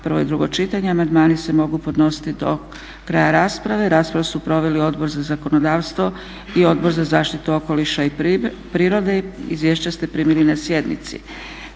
prvo i drugo čitanje. Amandmani se mogu podnositi do kraja rasprave. Raspravu su proveli Odbor za zakonodavstvo i Odbor za zaštitu okoliša i prirode. izvješća ste primili na sjednici.